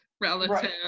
relative